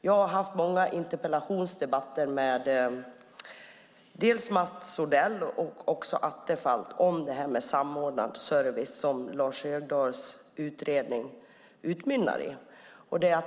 Jag har haft många interpellationsdebatter med Mats Odell och Attefall om detta med samordnad service som Lars Högdahls utredning utmynnar i.